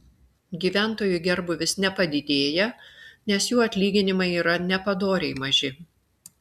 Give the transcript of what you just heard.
gyventojų gerbūvis nepadidėja nes jų atlyginimai yra nepadoriai maži